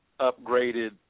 upgraded